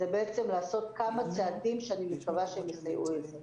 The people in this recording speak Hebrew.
לעשות כמה צעדים שאני מקווה שיסייעו לזה.